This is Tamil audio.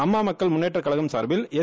அம்மா மக்கள் முன்னேற்றக் கழகம் சார்பில் எஸ்